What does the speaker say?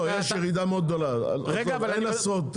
יש ירידה מאוד גדולה, אין עשרות אוניות.